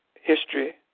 history